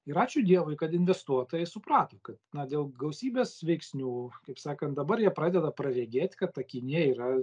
ir ačiū dievui kad investuotojai suprato kad dėl gausybės veiksnių kaip sakant dabar jie pradeda praregėt kad ta kinija yra